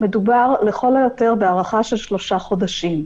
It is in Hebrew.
מדובר לכל היותר בהארכה של שלושה חודשים,